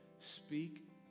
Speak